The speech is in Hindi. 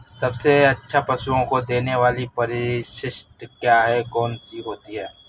सबसे अच्छा पशुओं को देने वाली परिशिष्ट क्या है? कौन सी होती है?